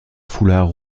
foulard